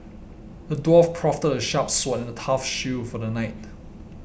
the dwarf crafted a sharp sword and a tough shield for the knight